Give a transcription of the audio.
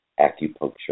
acupuncture